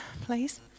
please